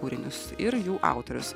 kūrinius ir jų autorius